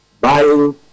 buying